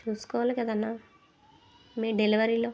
చూసుకోవాలి కదన్నా మీ డెలివరీలో